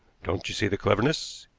don't you see the cleverness?